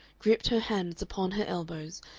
gripped her hands upon her elbows,